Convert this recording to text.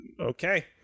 Okay